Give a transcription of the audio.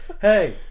Hey